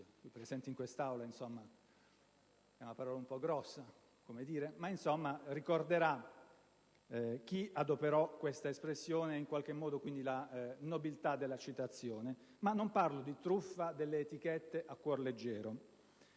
se presente in questa Aula è una parola un po' grossa - ricorderà chi adoperò questa espressione e, quindi, la nobiltà della citazione. Ma - ripeto - non parlo di truffa delle etichette a cuor leggero.